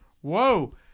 whoa